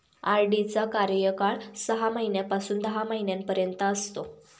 RD चा कार्यकाळ सहा महिन्यापासून दहा महिन्यांपर्यंत असतो